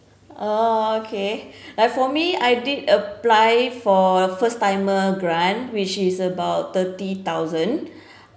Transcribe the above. oh okay like for me I did apply for first timer grant which is about thirty thousand